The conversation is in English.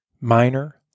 minor